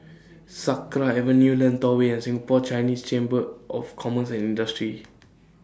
Sakra Avenue Lentor Way and Singapore Chinese Chamber of Commerce and Industry